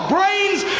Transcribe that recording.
Brains